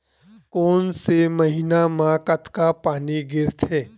कोन से महीना म कतका पानी गिरथे?